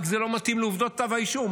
זה לא מתאים לעובדות כתב האישום,